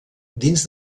dins